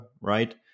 right